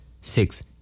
Six